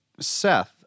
Seth